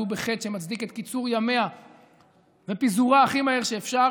בחטא שמצדיק את קיצור ימיה ופיזורה הכי מהר שאפשר,